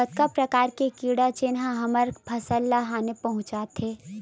कतका प्रकार के कीड़ा जेन ह हमर फसल ल हानि पहुंचाथे?